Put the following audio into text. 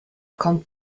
kommt